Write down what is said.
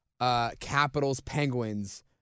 Capitals-Penguins